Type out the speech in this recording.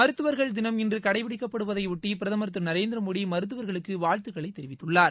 மருத்துவர்கள் தினம் கடைபிடிக்கப்படுவதையொட்டி பிரதமர் இன்று திரு நரேந்திரமோடி மருத்துவர்களுக்கு வாழ்த்துக்களைத் தெரிவித்துள்ளார்